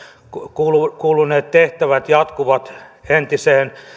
kuuluneet kuuluneet tehtävät jatkuvat entiseen